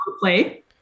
play